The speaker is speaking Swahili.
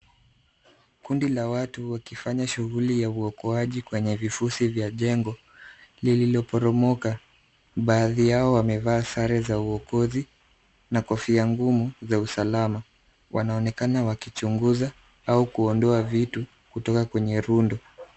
Kundi la watu wakifanya shughuli ya ukoaji kwenye vifusi vya jengo lililoporomoka. Baadhi yao wamevaa sare za uokozi na kofia ngumu za usalama. Wanaonekana wakichunguza au kuondoa vitu kutoka kwenye rundo.